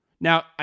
Now